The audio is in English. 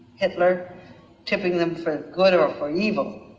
hitler tipping them for good or for evil,